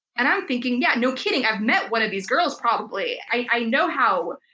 and i'm thinking, yeah, no kidding, i've met one of these girls, probably, i know how